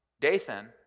Dathan